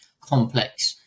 complex